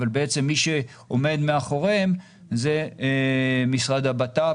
אבל בעצם מי שעומד מאחוריהם זה משרד הבט"פ